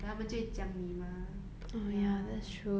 then 他们就会讲你 mah ya